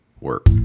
work